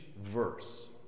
verse